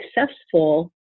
successful